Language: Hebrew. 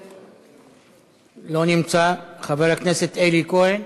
2344, 2359,